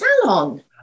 salon